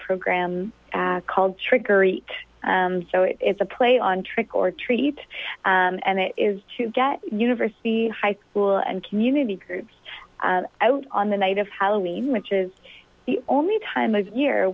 program called trickery so it is a play on trick or treat and that is to get university high school and community groups out on the night of halloween which is the only time of year